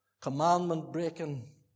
commandment-breaking